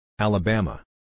Alabama